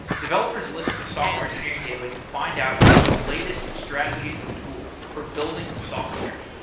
developers listen to software engineering daily to find out about the latest strategies and tools for building software.